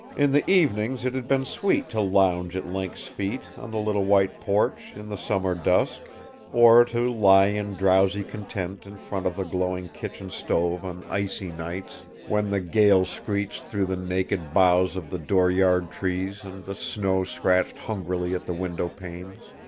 in the evenings it had been sweet to lounge at link's feet, on the little white porch, in the summer dusk or to lie in drowsy content in front of the glowing kitchen stove on icy nights when the gale screeched through the naked boughs of the dooryard trees and the snow scratched hungrily at the window panes.